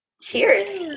Cheers